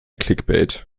clickbait